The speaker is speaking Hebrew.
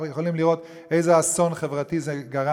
יכולים לראות איזה אסון חברתי זה גרם,